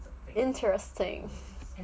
interesting